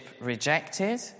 rejected